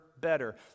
better